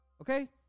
okay